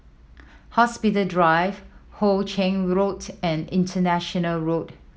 Hospital Drive Hoe Chiang Road and International Road